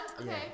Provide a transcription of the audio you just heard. Okay